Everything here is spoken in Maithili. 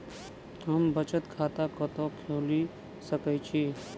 हम बचत खाता कतऽ खोलि सकै छी?